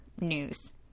news